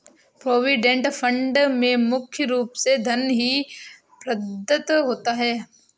provident fund में मुख्य रूप से धन ही प्रदत्त होता है